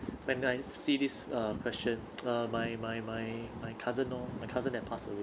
when I see this uh question uh my my my my cousin {loh] my cousin that passed away